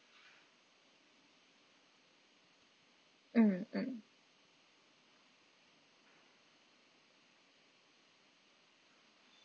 mm mm